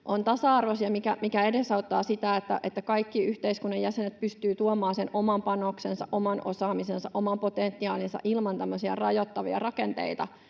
ovat tasa-arvoisia, mikä edesauttaa sitä, että kaikki yhteiskunnan jäsenet pystyvät tuomaan sen oman panoksensa, oman osaamisensa, oman potentiaalinsa ilman tämmöisiä rajoittavia rakenteita